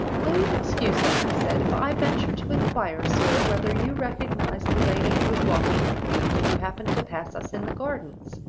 will you excuse me i said, if i venture to inquire, sir, whether you recognized the lady who was walking with me when you happened to pass us in the gardens